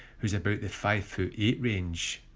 whose about the five foot eight range.